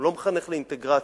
הוא לא מחנך לאינטגרציה.